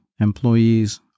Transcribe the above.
employees